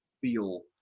feel